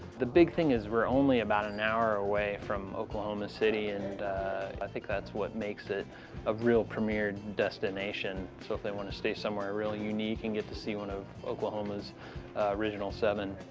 the big thing is we're only about an hour away from oklahoma city and i think that's what makes it a real premier destination. so if they want to stay somewhere really unique and get to see one of oklahoma's original seven,